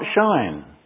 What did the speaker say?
shine